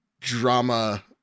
drama